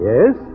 Yes